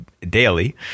daily